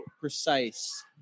precise